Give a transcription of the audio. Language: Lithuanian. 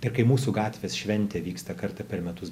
ir kai mūsų gatvės šventė vyksta kartą per metus